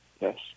Yes